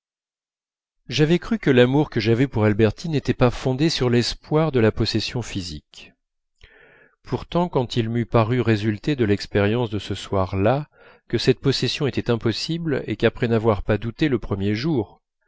j'avais cru que l'amour que j'avais pour albertine n'était pas fondé sur l'espoir de la possession physique pourtant quand il m'eut paru résulter de l'expérience de ce soir-là que cette possession était impossible et qu'après n'avoir pas douté le premier jour